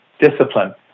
discipline